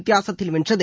வித்தியாசத்தில் வென்றது